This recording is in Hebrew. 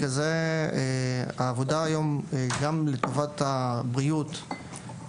העבודה היום גם לטובת הבריאות,